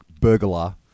burglar